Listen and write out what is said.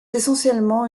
essentiellement